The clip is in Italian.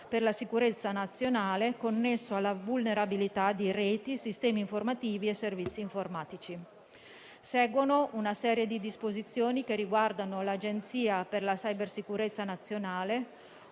per la sicurezza nazionale, connesso alla vulnerabilità di reti, sistemi informativi e servizi informatici. Seguono una serie di disposizioni che riguardano l'Agenzia per la cybersicurezza nazionale,